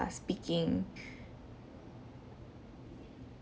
are speaking